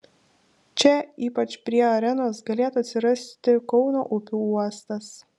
čia ypač prie arenos galėtų atsirasti kauno upių uostas